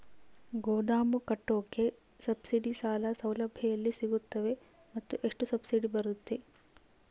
ಗೋದಾಮು ಕಟ್ಟೋಕೆ ಸಬ್ಸಿಡಿ ಸಾಲ ಸೌಲಭ್ಯ ಎಲ್ಲಿ ಸಿಗುತ್ತವೆ ಮತ್ತು ಎಷ್ಟು ಸಬ್ಸಿಡಿ ಬರುತ್ತೆ?